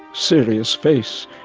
serious face,